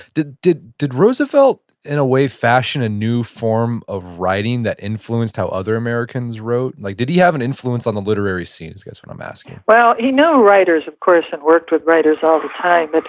did did did roosevelt in a way fashion a new form of writing that influenced how other americans wrote? like did he have an influence on the literary scene is i guess what i'm asking? well, he knew writers of course and worked with writers all the time, but